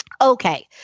Okay